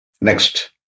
Next